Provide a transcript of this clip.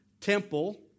temple